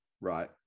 right